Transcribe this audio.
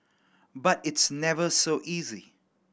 but it's never so easy